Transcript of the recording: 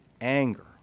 anger